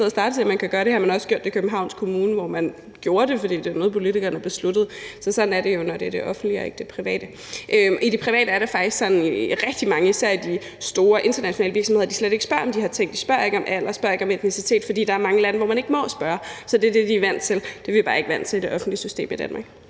Man har også gjort det i Københavns Kommune, og der gjorde man det, fordi det var noget, politikerne besluttede – sådan er det jo, når det er det offentlige og ikke det private. I det private er det faktisk sådan især i rigtig mange af de store internationale virksomheder, at de slet ikke spørger om de her ting – de spørger ikke om alder og etnicitet, fordi der er mange lande, hvor man ikke må spørge, så det er det, de er vant til. Vi er bare ikke vant til det i det offentlige system i Danmark.